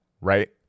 right